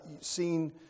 seen